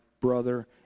brother